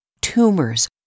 tumors